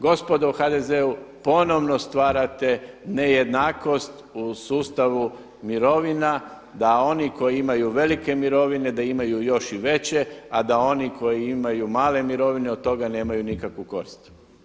Gospodo u HDZ-u ponovno stvarate nejednakost u sustavu mirovina da oni koji imaju velike mirovine da imaju još i veće, a da oni imaju male mirovine od toga nemaju nikakvu korist.